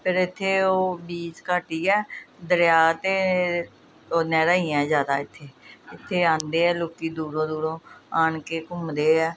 ਫੇਰ ਇੱਥੇ ਉਹ ਬੀਚ ਘੱਟ ਹੀ ਹੈ ਦਰਿਆ ਅਤੇ ਨਹਿਰਾਂ ਹੀ ਆ ਜ਼ਿਆਦਾ ਇੱਥੇ ਇੱਥੇ ਆਉਂਦੇ ਆ ਲੋਕ ਦੂਰੋਂ ਦੂਰੋਂ ਆਣ ਕੇ ਘੁੰਮਦੇ ਹੈ